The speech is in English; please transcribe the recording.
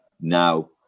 now